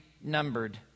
numbered